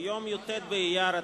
ביום י"ט באייר התשס"ט,